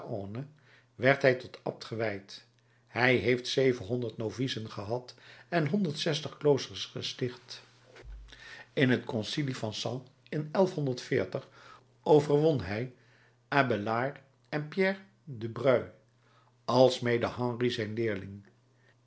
werd hij tot abt gewijd hij heeft zevenhonderd novicen gehad en honderd zestig kloosters gesticht in het concilie van sens in overwon hij abeillard en pierre de bruys alsmede henry zijn leerling